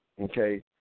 Okay